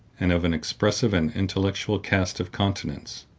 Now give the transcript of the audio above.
and of an expressive and intellectual cast of countenance.